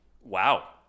Wow